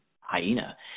Hyena